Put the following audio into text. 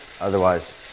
otherwise